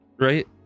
right